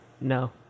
no